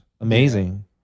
amazing